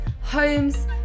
homes